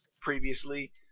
previously